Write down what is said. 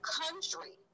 country